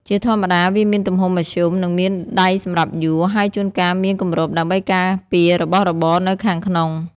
ជាធម្មតាវាមានទំហំមធ្យម និងមានដៃសម្រាប់យួរ ហើយជួនកាលមានគម្របដើម្បីការពាររបស់របរនៅខាងក្នុង។